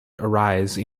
arise